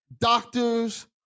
doctors